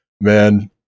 man